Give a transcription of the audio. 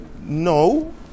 no